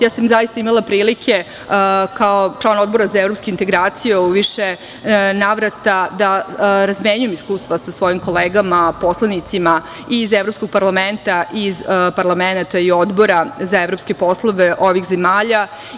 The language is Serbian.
Ja sam imala prilike, kao član Odbora za evropske integracije u više navrata da razmenjujem iskustva sa svojim kolegama poslanicima i iz Evropskog parlamenta i iz parlamenata i Odbora za evropske poslove ovih zemalja.